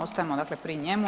Ostajemo dakle pri njemu.